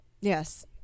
yes